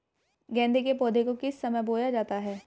गेंदे के पौधे को किस समय बोया जाता है?